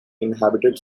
inhabited